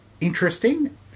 interesting